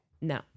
No